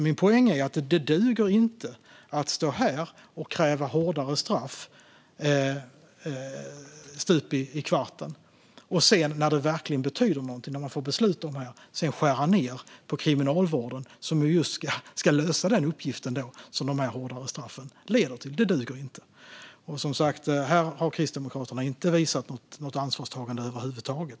Min poäng är alltså att det inte duger att stå här och kräva hårdare straff stup i kvarten för att sedan, när det verkligen betyder någonting och man får besluta om det här, skära ned på Kriminalvården som ju just ska lösa den uppgift som hårdare straff leder till. Det duger inte. Här har Kristdemokraterna inte visat något ansvarstagande över huvud taget.